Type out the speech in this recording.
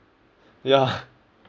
ya